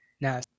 Now